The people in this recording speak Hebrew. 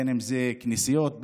בין שזה כנסיות,